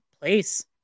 place